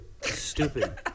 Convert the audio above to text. Stupid